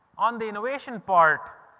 on the innovation part,